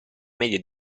media